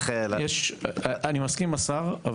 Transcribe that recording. אני מסכים עם השר.